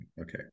Okay